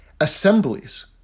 assemblies